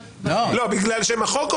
בגלל שם החוק?